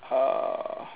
uh